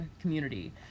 Community